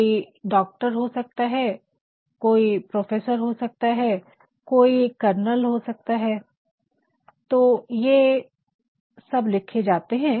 कोई डॉक्टर हो सकता है कोई प्रोफेसर हो सकता है कोई कर्नल हो सकते है तो ये सब लिखे जाते है